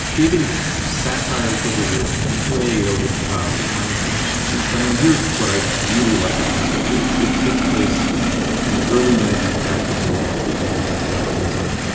it is satire delivered way over the top in my estimation at least. i mean here's what i really like about it. it takes takes place in the early ninety s back when we all still believed in capitalism.